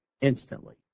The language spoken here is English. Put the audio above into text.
instantly